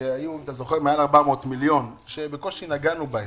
שהיו מעל 400 מיליון שבקושי נגענו בהם.